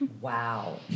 Wow